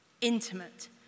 intimate